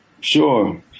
Sure